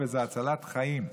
וזה הצלת חיים.